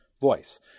voice